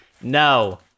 No